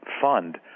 fund